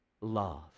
love